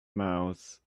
mouths